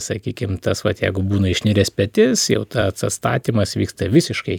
sakykim tas vat jeigu būna išniręs petys jau tas atstatymas vyksta visiškai